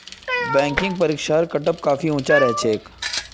banking परीक्षार cutoff काफी ऊपर रह छेक